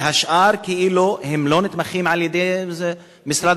והשאר כאילו לא נתמכים על-ידי משרד